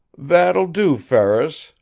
that will do, ferris!